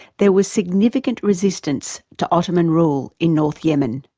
there was significant resistance to ottoman rule in north yemen.